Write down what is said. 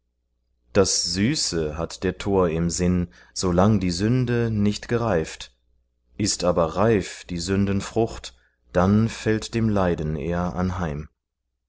das süße hat der tor im sinn solang die sünde nicht gereift ist aber reif die sündenfrucht dann fällt dem leiden er anheim